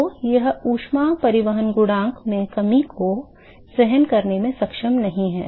तो यह ऊष्मा परिवहन गुणांक में कमी को सहन करने में सक्षम नहीं है